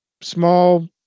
small